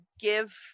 give